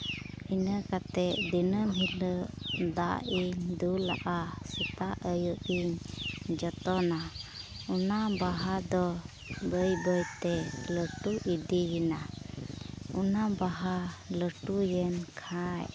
ᱤᱱᱟᱹ ᱠᱟᱛᱮᱫ ᱫᱤᱱᱟᱹᱢ ᱦᱤᱞᱳᱜ ᱫᱟᱜ ᱤᱧ ᱫᱩᱞᱟᱜᱼᱟ ᱥᱮᱛᱟᱜ ᱟᱹᱭᱩᱵ ᱤᱧ ᱡᱚᱛᱚᱱᱟ ᱚᱱᱟ ᱵᱟᱦᱟ ᱫᱚ ᱵᱟᱹᱭ ᱵᱟᱹᱭ ᱛᱮ ᱞᱟᱹᱴᱩ ᱤᱫᱤᱭᱮᱱᱟ ᱚᱱᱟ ᱵᱟᱦᱟ ᱞᱟᱹᱴᱩᱭᱮᱱ ᱠᱷᱟᱡ